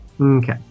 Okay